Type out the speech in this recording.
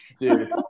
Dude